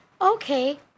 Okay